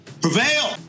Prevail